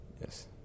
Yes